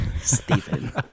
Stephen